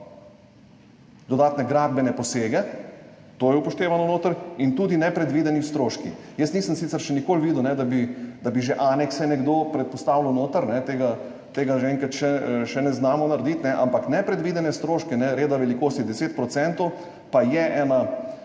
dodatne gradbene posege, to je upoštevano notri, in tudi nepredvideni stroški. Jaz sicer nisem še nikoli videl, da bi že anekse nekdo predpostavljal notri, tega zaenkrat še ne znamo narediti, ampak nepredvidene stroške reda velikosti 10 % pa je ena